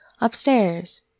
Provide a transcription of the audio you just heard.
upstairs